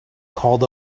called